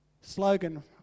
slogan